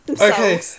Okay